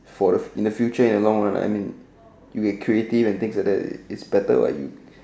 for the in the future in the long run I mean you get creative and things like that is better what you